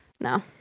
no